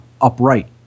upright